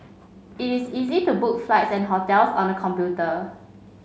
it is easy to book flights and hotels on the computer